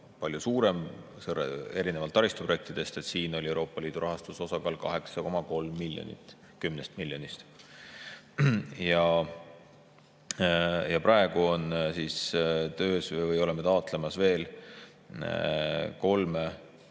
palju suurem erinevalt taristuprojektidest. Siin oli Euroopa Liidu rahastuse osakaal 8,3 miljonit 10 miljonist. Ja praegu on töös või oleme taotlemas veel kolme.